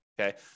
okay